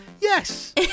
yes